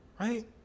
Right